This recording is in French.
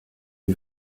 lui